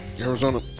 Arizona